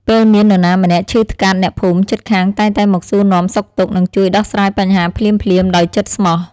ពេលមាននរណាម្នាក់ឈឺថ្កាត់អ្នកភូមិជិតខាងតែងតែមកសួរនាំសុខទុក្ខ និងជួយដោះស្រាយបញ្ហាភ្លាមៗដោយចិត្តស្មោះ។